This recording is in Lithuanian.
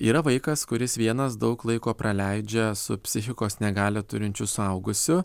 yra vaikas kuris vienas daug laiko praleidžia su psichikos negalią turinčiu suaugusiu